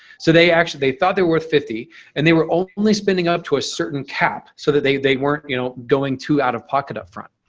so they actually thought there were fifty and they were openly spending up to a certain cap so that they they weren't you know going to out of pocket up front.